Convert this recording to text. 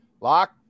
Lock